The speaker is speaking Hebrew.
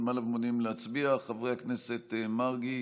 28) (הרחבת מקורות המימון לתאגידים